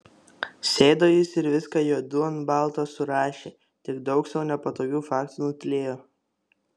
sėdo jis ir viską juodu ant balto surašė tik daug sau nepatogių faktų nutylėjo